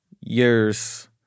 years